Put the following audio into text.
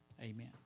Amen